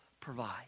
provide